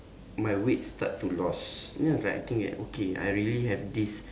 my weight start to loss then it's like I think like okay I really have this